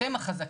אתם החזקים.